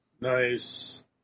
Nice